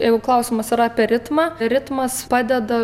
jeigu klausimas ar apie ritmą ritmas padeda